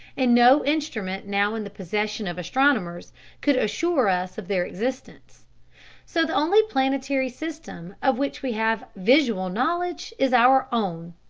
and no instrument now in the possession of astronomers could assure us of their existence so the only planetary system of which we have visual knowledge is our own.